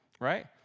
Right